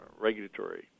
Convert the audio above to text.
regulatory